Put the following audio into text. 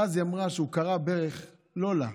ואז היא אמרה שהוא כרע ברך לא לה,